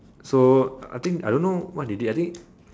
so I think I don't know what they did I think